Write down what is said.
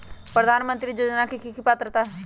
प्रधानमंत्री योजना के की की पात्रता है?